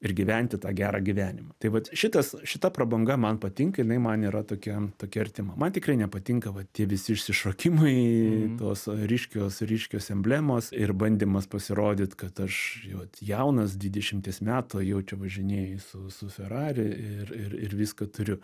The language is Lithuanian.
ir gyventi tą gerą gyvenimą tai vat šitas šita prabanga man patinka jinai man yra tokia tokia artima man tikrai nepatinka vat tie visi išsišokimai tos ryškios ryškios emblemos ir bandymas pasirodyt kad aš vat jaunas dvidešimties metų jau čia važinėju su su ferrari ir ir viską turiu